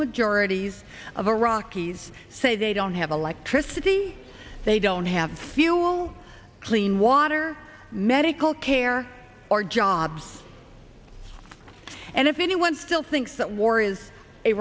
majority of iraqis say they they don't have electricity they don't have fuel clean water medical care or jobs and if anyone still thinks that war is a